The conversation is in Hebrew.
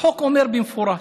החוק אומר במפורש: